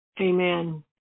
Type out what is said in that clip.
Amen